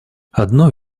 одно